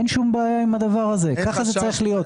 אין שום בעיה עם זה, וכך זה צריך להיות.